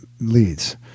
leads